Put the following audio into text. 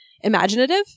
imaginative